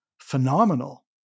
phenomenal